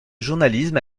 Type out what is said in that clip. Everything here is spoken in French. journalisme